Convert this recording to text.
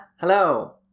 Hello